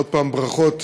עוד פעם, ברכות,